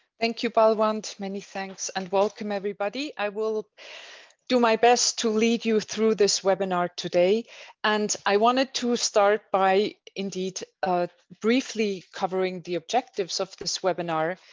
thank you balwant. many thanks and welcome everybody. i will do my best to lead you through this webinar today and i wanted to start by indeed briefly covering the objectives of this webinar,